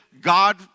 God